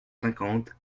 cinquante